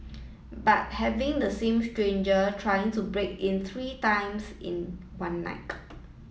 but having the same stranger trying to break in three times in one night